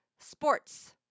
Sports